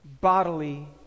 bodily